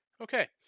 Okay